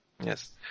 Yes